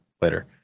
later